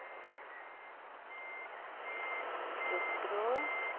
ᱪᱟᱹᱭᱛᱨᱚ